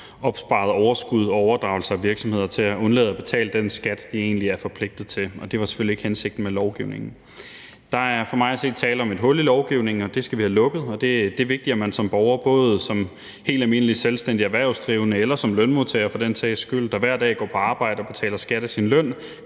opsparede overskud og overdragelse af virksomheder til at undlade at betale den skat, de egentlig er forpligtet til. Og det var selvfølgelig ikke hensigten med lovgivningen. Der er for mig at se tale om et hul i lovgivningen, og det skal vi have lukket. Det er vigtigt, at man som borger – både som helt almindelig selvstændig erhvervsdrivende eller som lønmodtager, der hver dag går på arbejde og betaler skat af sin løn